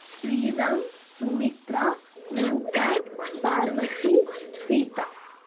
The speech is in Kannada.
ಶ್ರೀರಾಮ್ ಸುಮಿತ್ರಾ ರೂಪಾ ಪಾರ್ವತಿ ಸೀತಾ